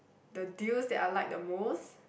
the deals that I like the most